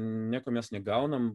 nieko mes negaunam